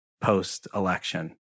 post-election